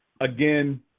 Again